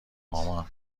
مامان